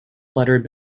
fluttered